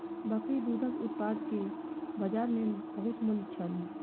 बकरी दूधक उत्पाद के बजार में बहुत मूल्य छल